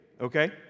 okay